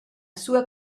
sua